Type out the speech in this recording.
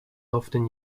often